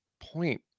point